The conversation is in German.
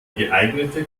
geeignete